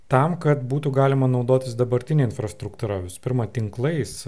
tam kad būtų galima naudotis dabartine infrastruktūra visų pirma tinklais